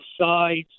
sides